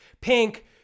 Pink